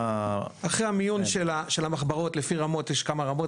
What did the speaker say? אחרי המיון של המחברות לפי רמות וכו',